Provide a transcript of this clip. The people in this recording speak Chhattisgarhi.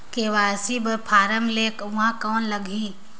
के.वाई.सी बर फारम ले के ऊहां कौन लगही?